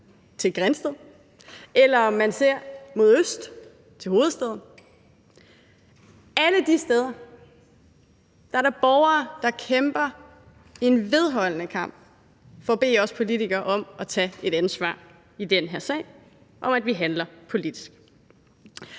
til Grindsted, eller om man ser mod øst til hovedstaden. Alle de steder er der borgere, der kæmper en vedholdende kamp for at bede os politikere om at tage et ansvar i den her sag, og at vi handler politisk.